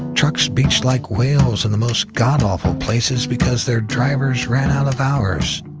trucks beached like whales and the most godawful places because their drivers ran out of hours.